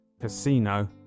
casino